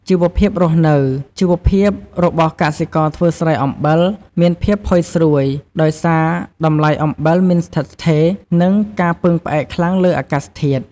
ជីវភាពរស់នៅ ជីវភាពរបស់កសិករធ្វើស្រែអំបិលមានភាពផុយស្រួយ ដោយសារតម្លៃអំបិលមិនស្ថិតស្ថេរ និងការពឹងផ្អែកខ្លាំងលើអាកាសធាតុ។